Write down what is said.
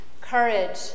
courage